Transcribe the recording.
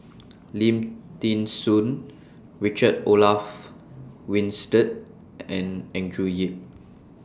Lim Thean Soo Richard Olaf Winstedt and Andrew Yip